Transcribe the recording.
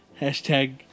Hashtag